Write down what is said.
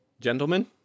Gentlemen